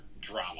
drama